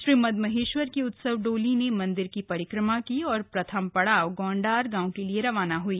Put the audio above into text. श्री मम्महेश्वर की उत्सव डोली ने मंदिर की परिक्रमा की और प्रथम पड़ाव गौंडार गांव के लिए रवाना ह्ई